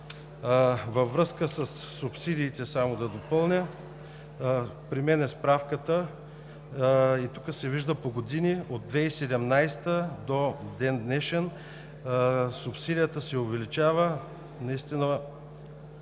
Във връзка със субсидиите само да допълня, при мен е справката. Тук се вижда по години – от 2017 г. до ден днешен, субсидията се увеличава наистина.